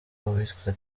uwitwa